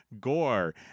gore